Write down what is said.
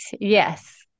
Yes